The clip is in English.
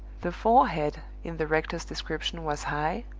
the forehead in the rector's description was high,